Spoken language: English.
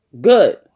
good